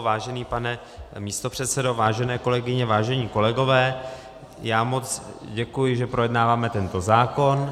Vážený pane místopředsedo, vážené kolegyně, vážení kolegové, já moc děkuji, že projednáváme tento zákon.